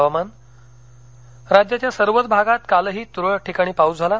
हवामान् राज्याच्या सर्वच भागात कालही तुरळक ठिकाणी पाउस झाला